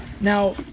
Now